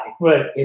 Right